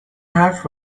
حرف